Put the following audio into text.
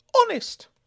Honest